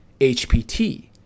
HPT